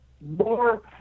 more